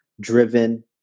driven